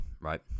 Right